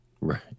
Right